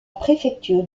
préfecture